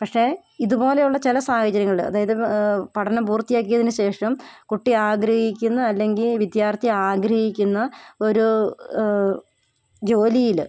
പക്ഷേ ഇത്പോലെ ഉള്ള ചില സാഹചര്യങ്ങൾ അതായത് പഠനം പൂർത്തിയാക്കിയതിന് ശേഷം കുട്ടി ആഗ്രഹിക്കുന്ന അല്ലെങ്കിൽ വിദ്യാർത്ഥി ആഗ്രഹിക്കുന്ന ഒരു ജോലിയിൽ